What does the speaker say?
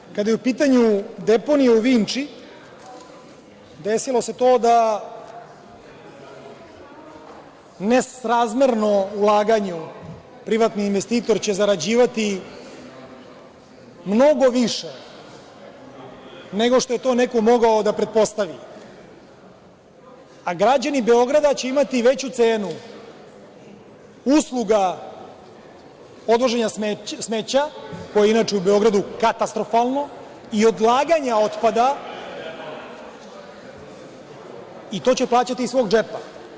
Dakle, kada je u pitanju deponija u Vinči, desilo se to da nesrazmerno ulaganju privatni investitor će zarađivati mnogo više nego što je to neko mogao da pretpostavi, a građani Beograda će imati veću cenu usluga odvoženja smeća, koje je inače u Beogradu katastrofalno i odlaganja otpada i to će plaćati iz svog džepa.